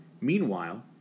Meanwhile